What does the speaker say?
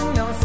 no